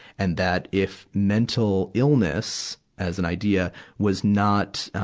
and that, if mental illness as an idea was not, um,